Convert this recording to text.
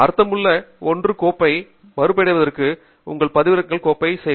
அர்த்தமுள்ள ஒன்றுக்கு கோப்பை மறுபெயரிடுவதற்கு உங்கள் பதிவிறக்கங்கள் கோப்புறையில் செல்க